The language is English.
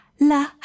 la